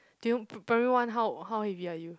p~ primary one how how heavy are you